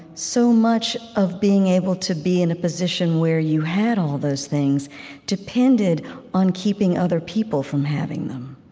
so much of being able to be in a position where you had all those things depended on keeping other people from having them